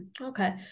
Okay